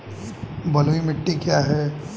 बलुई मिट्टी क्या है?